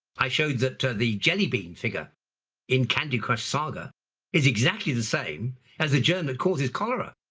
i showed that ah the jelly bean figure in candy crush saga is exactly the same as the germ that causes cholera.